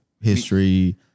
history